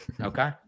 Okay